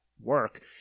work